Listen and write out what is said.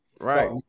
Right